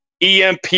EMP